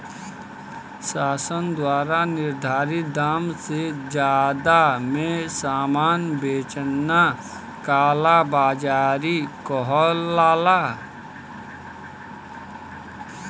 शासन द्वारा निर्धारित दाम से जादा में सामान बेचना कालाबाज़ारी कहलाला